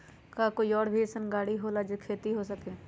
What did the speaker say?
का कोई और भी अइसन और गाड़ी होला जे से खेती हो सके?